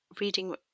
reading